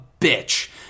bitch